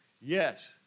Yes